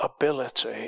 ability